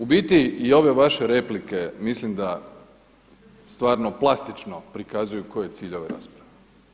U biti i ove vaše replike mislim da stvarno plastično prikazuju koji je cilj ove rasprave.